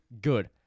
Good